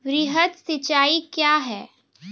वृहद सिंचाई कया हैं?